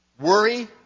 worry